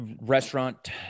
restaurant